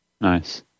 Nice